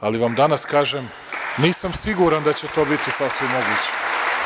Danas vam kažem da nisam siguran da će to biti sasvim moguće.